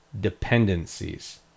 dependencies